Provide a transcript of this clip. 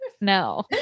No